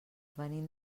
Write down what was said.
venim